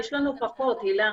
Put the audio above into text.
הילה,